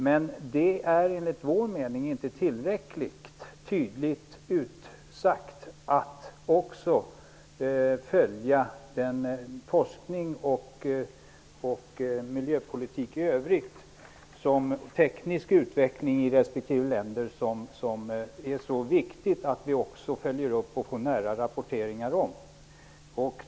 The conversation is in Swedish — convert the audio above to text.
Men det är enligt vår mening inte tillräckligt tydligt utsagt att de också skall följa forskning och teknisk utveckling samt miljöpolitiken i övrigt i respektive land. Det är mycket viktigt att vi får nära rapportering om detta.